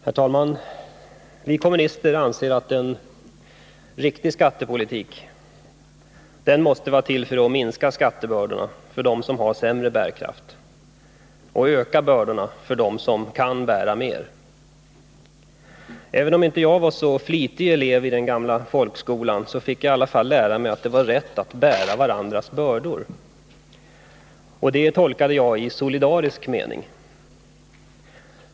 Herr talman! Vi kommunister anser att en riktig skattepolitik måste vara till för att minska skattebördorna för dem som har sämre bärkraft och öka bördorna för dem som kan bära mera. Även om jag inte var någon särskilt flitig elev i den gamla folkskolan, så fick jag i alla fall lära mig att det var rätt att bära varandras bördor. Det tolkade jag som ett uttryck för solidaritet.